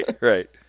Right